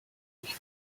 mich